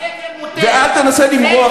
ואל תנסה למרוח,